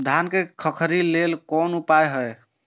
धान में खखरी लेल कोन उपाय हय?